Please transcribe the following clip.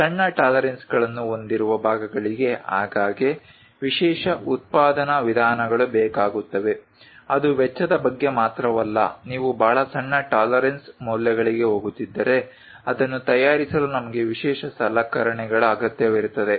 ಸಣ್ಣ ಟಾಲರೆನ್ಸ್ಗಳನ್ನು ಹೊಂದಿರುವ ಭಾಗಗಳಿಗೆ ಆಗಾಗ್ಗೆ ವಿಶೇಷ ಉತ್ಪಾದನಾ ವಿಧಾನಗಳು ಬೇಕಾಗುತ್ತವೆ ಅದು ವೆಚ್ಚದ ಬಗ್ಗೆ ಮಾತ್ರವಲ್ಲ ನೀವು ಬಹಳ ಸಣ್ಣ ಟಾಲರೆನ್ಸ್ ಮೌಲ್ಯಗಳಿಗೆ ಹೋಗುತ್ತಿದ್ದರೆ ಅದನ್ನು ತಯಾರಿಸಲು ನಮಗೆ ವಿಶೇಷ ಸಲಕರಣೆಗಳ ಅಗತ್ಯವಿರುತ್ತದೆ